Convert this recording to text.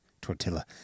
tortilla